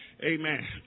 Amen